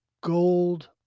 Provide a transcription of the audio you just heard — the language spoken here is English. gold